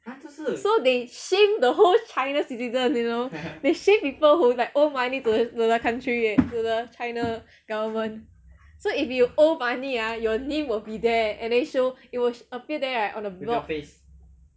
so they shame the whole china citizen you know they shame people who like owe money to the to the country eh to the china government so if you owe money ah your name will be there and then show it will appear there right on the